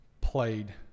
played